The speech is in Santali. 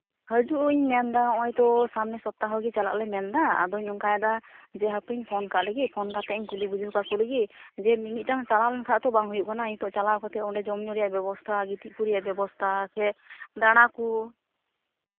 ᱦᱟᱹᱡᱩᱜ ᱤᱧ ᱢᱮᱱᱫᱟ ᱦᱚᱜᱼᱚᱸᱭ ᱛᱚ ᱥᱟᱢᱱᱮ ᱥᱚᱯᱛᱟᱦᱚ ᱜᱮ ᱪᱟᱞᱟᱜ ᱞᱮ ᱢᱮᱱᱫᱟ ᱟᱫᱚᱧ ᱚᱱᱠᱟᱭ ᱮᱫᱟ ᱡᱮ ᱦᱟᱯᱮᱧ ᱯᱷᱳᱱ ᱠᱟᱜ ᱞᱮᱜᱮ ᱯᱷᱳᱱ ᱠᱟᱛᱮ ᱤᱧ ᱠᱩᱞᱤ ᱵᱩᱡᱷᱟᱹᱣ ᱠᱟᱠᱚ ᱞᱮᱜᱮ ᱡᱮ ᱢᱤᱼᱢᱤᱫ ᱴᱟᱝ ᱪᱟᱞᱟᱣ ᱞᱮᱱ ᱠᱷᱟᱡ ᱛᱚ ᱵᱟᱝ ᱦᱩᱭᱩᱜ ᱠᱟᱱᱟ ᱤᱧ ᱛᱚ ᱪᱟᱞᱟᱣ ᱠᱟᱛᱮ ᱚᱸᱰᱮ ᱡᱚᱢ ᱧᱩ ᱨᱮᱭᱟᱜ ᱵᱮᱵᱚᱥᱛᱷᱟ ᱜᱤᱛᱤᱡ ᱠᱚ ᱨᱮᱭᱟᱜ ᱵᱮᱵᱚᱥᱛᱷᱟ ᱥᱮ ᱫᱟᱬᱟ ᱠᱩ